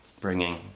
bringing